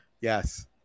Yes